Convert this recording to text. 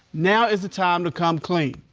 now is the time to come clean.